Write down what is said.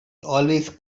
always